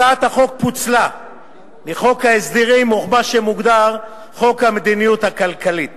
הצעת החוק פוצלה מחוק ההסדרים וממה שמוגדר חוק המדיניות הכלכלית